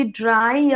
dry